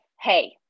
hey